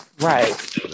right